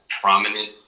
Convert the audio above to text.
prominent